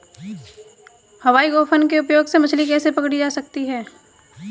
हवाई गोफन के उपयोग से मछली कैसे पकड़ी जा सकती है?